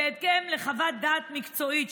בהתאם לחוות דעת מקצועית,